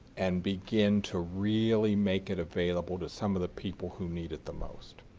and begin to really make it available to some of the people who need it the most?